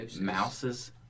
mouses